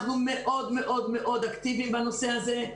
אנחנו מאוד אקטיביים בנושא הזה.